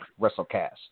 wrestlecast